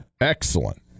Excellent